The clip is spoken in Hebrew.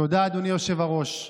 תודה, אדוני היושב-ראש.